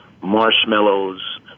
marshmallows